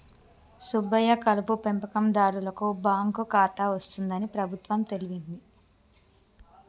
సుబ్బయ్య కలుపు పెంపకందారులకు బాంకు ఖాతా వస్తుందని ప్రభుత్వం తెలిపింది